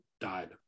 died